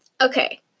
Okay